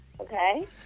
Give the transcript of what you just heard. Okay